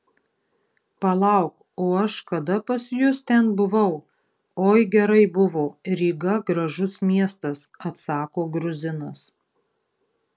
palauk o aš kada pas jus ten buvau oi gerai buvo ryga gražus miestas atsako gruzinas